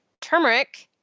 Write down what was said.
Turmeric